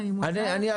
ברוך הבא שר החקלאות.